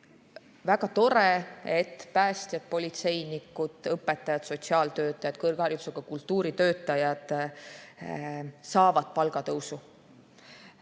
Väga tore, et päästjad, politseinikud, õpetajad, sotsiaaltöötajad, kõrgharidusega kultuuritöötajad saavad palgatõusu.